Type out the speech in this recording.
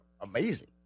amazing